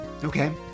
Okay